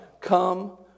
come